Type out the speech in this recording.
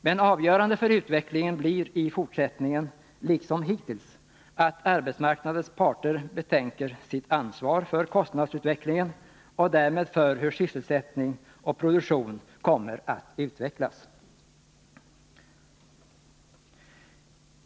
Men avgörande för utvecklingen blir i fortsättningen, liksom hittills, att arbetsmarknadens parter betänker sitt ansvar för kostnadsutvecklingen och därmed för hur sysselsättning och produktion kommer att utvecklas.